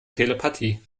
telepathie